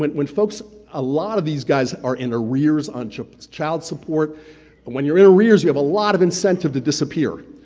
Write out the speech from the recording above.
when when folks, a lot of these guys are in arrears on child child support, and when you're in arrears, you have a lot of incentive to disappear.